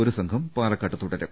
ഒരു സംഘം പാലക്കാട്ട് തുടരും